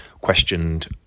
questioned